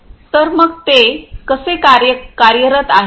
तर मग ते येथे कसे कार्यरत आहे